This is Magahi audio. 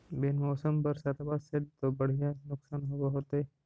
बिन मौसम बरसतबा से तो बढ़िया नुक्सान होब होतै?